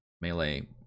melee